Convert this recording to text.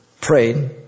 prayed